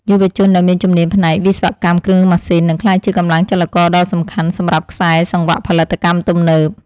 យុវជនដែលមានជំនាញផ្នែកវិស្វកម្មគ្រឿងម៉ាស៊ីននឹងក្លាយជាកម្លាំងចលករដ៏សំខាន់សម្រាប់ខ្សែសង្វាក់ផលិតកម្មទំនើប។